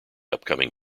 upcoming